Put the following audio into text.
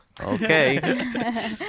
Okay